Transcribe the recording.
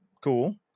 Cool